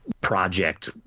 project